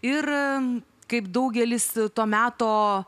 ir kaip daugelis to meto